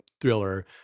thriller